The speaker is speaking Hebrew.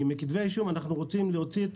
כי מכתבי האישום אנחנו רוצים להוציא את